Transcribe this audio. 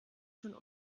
schon